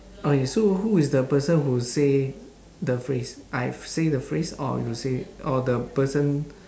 okay so who is the person who say the phrase I say the phrase or you say or the person